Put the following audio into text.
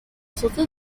santé